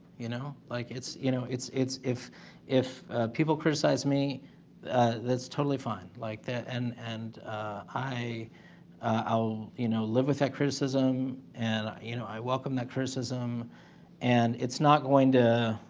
you know, like it's, you know, it's it's if if people criticize me that's totally fine like that. and and i i'll you know live with that criticism and you know, i welcome that criticism and it's not going to